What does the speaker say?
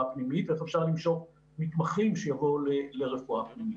הפנימית ואיך אפשר למשוך מתמחים שיבואו לרפואה פנימית.